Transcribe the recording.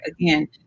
Again